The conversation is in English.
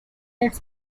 its